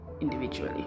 individually